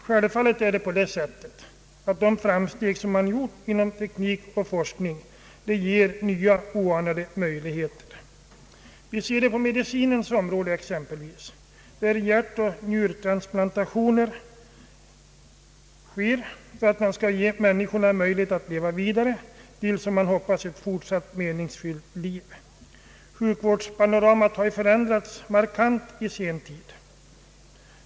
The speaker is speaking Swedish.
Självfallet är det på det sättet att de framsteg som gjorts inom teknik och forskning ger nya, oanade möjligheter. Vi ser det exempelvis på medicinens område, där hjärtoch njurtransplantationer utförs för att man skall ge människorna möjlighet att leva vidare i ett, som man hoppas, fortsatt meningsfyllt liv. Sjukvårdspanoramat har ju förändrats markant i sen tid.